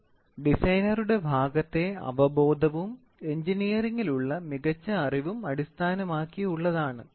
ഇത് ഡിസൈനറുടെ ഭാഗത്തെ അവബോധവും എഞ്ചിനീയറിംങ്ങിലുള്ള മികച്ച അറിവും അടിസ്ഥാനമാക്കിയുള്ളതാണ്